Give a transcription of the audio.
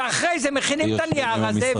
אחרי זה מכינים את הנייר הזה.